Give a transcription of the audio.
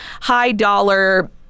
high-dollar